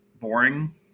boring